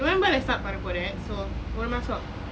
november லே:le start பண்ணபோறேன்:panna poren so ஒரு மாசம்:oru maasam